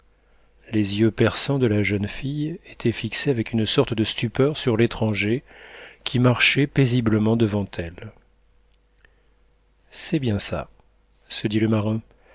les yeux perçants de la jeune fille étaient fixés avec une sorte de stupeur sur l'étranger qui marchait paisiblement devant elle c'est bien ça se dit le marin